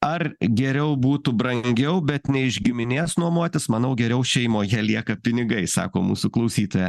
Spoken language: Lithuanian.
ar geriau būtų brangiau bet ne iš giminės nuomotis manau geriau šeimoje lieka pinigai sako mūsų klausytoja